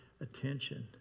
attention